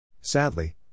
Sadly